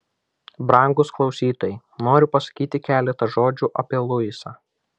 brangūs klausytojai noriu pasakyti keletą žodžių apie luisą